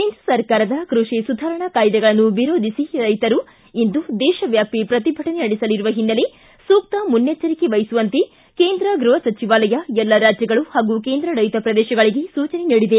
ಕೇಂದ್ರ ಸರ್ಕಾರದ ಕೃಷಿ ಸುಧಾರಣಾ ಕಾಯ್ದೆಗಳನ್ನು ವಿರೋಧಿಸಿ ರೈತರು ಇಂದು ದೇಶವ್ಯಾಪಿ ಶ್ರತಿಭಟನೆ ನಡೆಸಲಿರುವ ಹಿನ್ನೆಲೆ ಸೂಕ್ತ ಮುನ್ನೆಚ್ಚರಿಕೆ ವಹಿಸುವಂತೆ ಕೇಂದ್ರ ಗೃಹ ಸಚಿವಾಲಯ ಎಲ್ಲಾ ರಾಜ್ಯಗಳು ಹಾಗೂ ಕೇಂದ್ರಾಡಳಿತ ಪ್ರದೇಶಗಳಿಗೆ ಸೂಚನೆ ನೀಡಿದೆ